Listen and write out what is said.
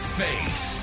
face